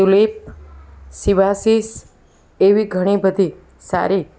tulip સિવાસિસ એવી ઘણી બધી સારી